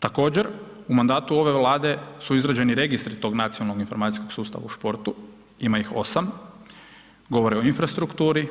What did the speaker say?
Također, u mandatu ove Vlade su izrađeni registri tog nacionalnog informacijskog sustava u športu, ima ih 8. govore o infrastrukturi,